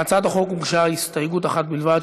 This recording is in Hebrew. להצעת החוק הוגשה הסתייגות אחת בלבד,